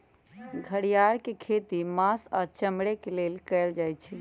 घरिआर के खेती मास आऽ चमड़े के लेल कएल जाइ छइ